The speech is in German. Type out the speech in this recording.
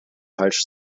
falsch